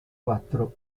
quattro